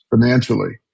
financially